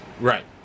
Right